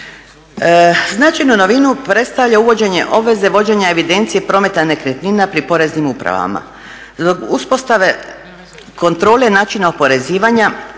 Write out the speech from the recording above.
Značajnu novinu predstavlja uvođenje obveze vođenja evidencije prometa nekretnina pri Poreznim upravama. Do uspostave kontrole načina oporezivanja,